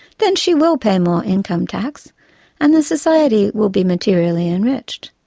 then she will pay more income tax and the society will be materially enriched.